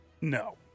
No